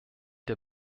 der